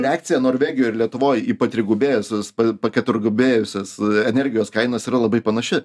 reakcija norvegijoj ir lietuvoj patrigubėjusias paketurgubėjusias energijos kainas yra labai panaši